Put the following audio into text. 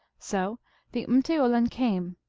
so the rrfteoulin came.